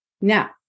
Now